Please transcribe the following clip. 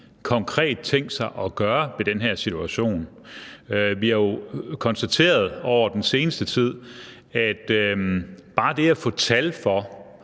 konkret har tænkt sig at gøre ved den her situation. Vi har jo konstateret over den seneste tid, at bare det at få tal for